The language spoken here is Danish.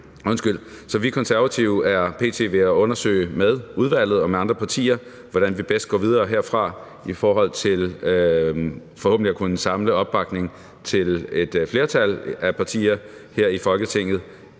på. Vi Konservative er p.t. med udvalget og med andre partier ved at undersøge, hvordan vi bedst går videre herfra i forhold til forhåbentlig at kunne samle opbakning til et flertal af partier her i Folketinget,